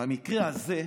במקרה הזה,